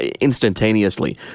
instantaneously